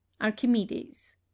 archimedes